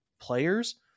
players